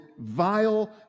vile